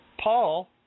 Paul